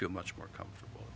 feel much more comfortable